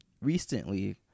recently